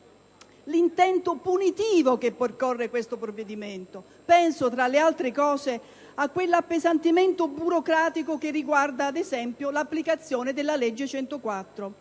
l'intento punitivo che percorre questo provvedimento. Penso, tra le altre cose, a quell'appesantimento burocratico che riguarda, ad esempio, l'applicazione della legge n.